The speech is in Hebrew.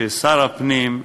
ששר הפנים,